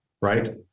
right